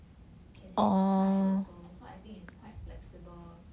can add 菜 also so I think it's quite flexible